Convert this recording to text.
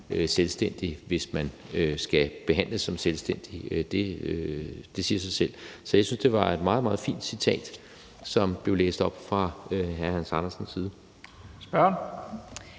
selvstændig, hvis man skal behandles som selvstændig. Det siger sig selv. Så jeg synes, det var et meget, meget fint citat, som blev læst op, fra hr. Hans Andersens side. Kl.